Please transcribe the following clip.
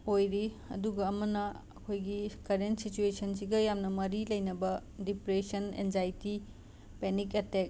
ꯑꯣꯏꯔꯤ ꯑꯗꯨꯒ ꯑꯃꯅ ꯑꯩꯈꯣꯏꯒꯤ ꯀꯔꯦꯟ ꯁꯦꯆꯨꯌꯦꯁꯟꯁꯤꯒ ꯌꯥꯝꯅ ꯃꯔꯤ ꯂꯩꯅꯕ ꯗꯤꯄ꯭ꯔꯦꯁꯟ ꯑꯦꯟꯖꯥꯏꯇꯤ ꯄꯦꯅꯤꯛ ꯑꯦꯇꯦꯛ